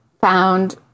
found